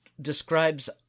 describes